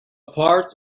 part